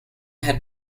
had